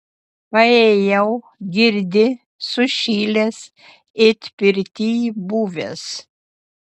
paėjau girdi sušilęs it pirtyj buvęs